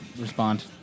respond